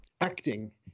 acting